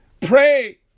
Pray